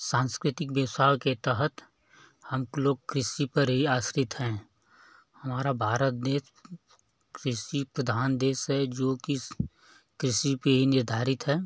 सांस्कृतिक व्यवसाय के तहत हम लोग कृषि पर ही आश्रित हैं हमारा भारत देश कृषि प्रधान देश है जो कि कृषि पर ही निर्धारित है